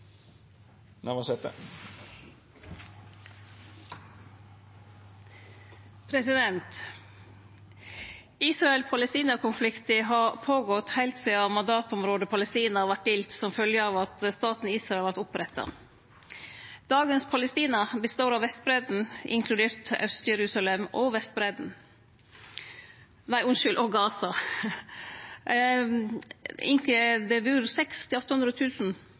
har gått føre seg heilt sidan mandatområdet Palestina vart delt som følgje av at staten Israel vart oppretta. Palestina av i dag består av Vestbreidda inkludert Aust-Jerusalem og Gaza. Det bur 600 000 til 800 000 busetjarar på Vestbreidda og